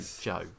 Joe